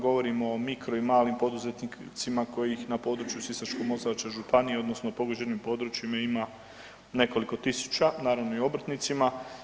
Govorimo o mikro i malim poduzetnicima kojih na području Sisačko-moslavačke županije odnosno pogođenim područjima ima nekoliko tisuća, naravno i obrtnicima.